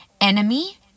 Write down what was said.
enemy